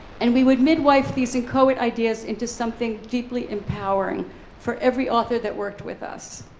and we would mid-wife these encode ideas into something deeply empowering for every author that worked with us.